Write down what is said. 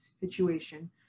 situation